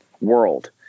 world